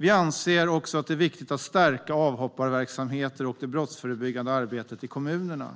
Vi anser också att det är viktigt att stärka avhopparverksamheter och det brottförebyggande arbetet i kommunerna.